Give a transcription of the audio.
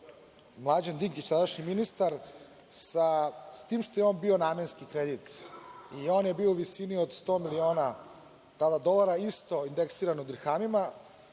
Mlađan Dinkić tadašnji ministar, s tim što je on bio namenski kredit i on je bio u visini od sto miliona dolara, isto indeksiran drahmama.